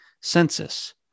census